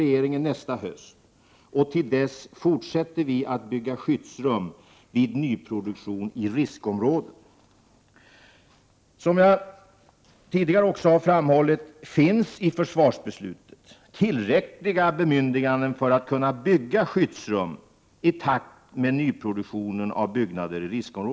Denna samhällsutveckling har ökat samhällets känslighet för fredstida störningar.